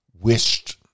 wished